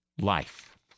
life